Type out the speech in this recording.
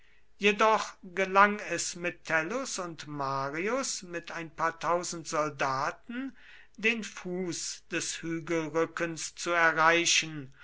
jedoch gelang es metellus und marius mit ein paar tausend soldaten den fuß des hügelrückens zu erreichen